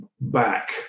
back